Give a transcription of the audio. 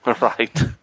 Right